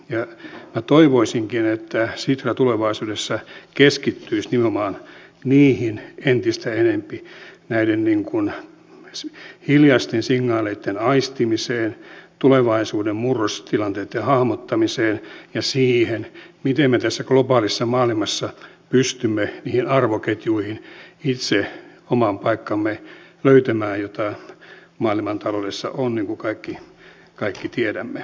minä toivoisinkin että sitra tulevaisuudessa keskittyisi entistä enempi nimenomaan näiden hiljaisten signaaleitten aistimiseen tulevaisuuden murrostilanteitten hahmottamiseen ja siihen miten me tässä globaalissa maailmassa pystymme niissä arvoketjuissa itse oman paikkamme löytämään joita maailman taloudessa on niin kuin kaikki tiedämme